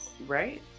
Right